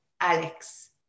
Alex